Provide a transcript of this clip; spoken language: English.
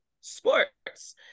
sports